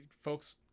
folks